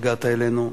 שהגעת אלינו,